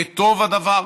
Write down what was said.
וטוב הדבר,